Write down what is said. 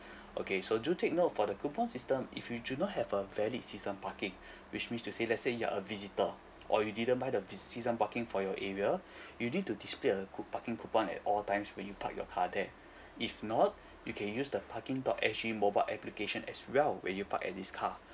okay so do take note for the coupon system if you do not have a valid season parking which means to say let's say you're a visitor or you didn't buy the vis~ season parking for your area you'll need to display a coup~ parking coupon at all times when you park your car there if not you can use the parking dot sg mobile application as well when you park at this car